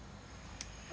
超想吃 pizza leh